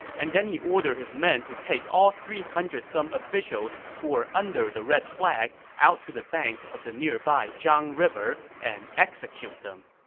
and then he ordered his men to take all three hundred some officials who were under the red flag out to the bank of the nearby zhang river and execute them.